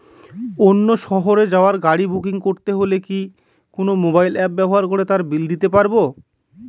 অন্য শহরে যাওয়ার গাড়ী বুকিং করতে হলে কি কোনো মোবাইল অ্যাপ ব্যবহার করে তার বিল দিতে পারব?